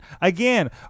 Again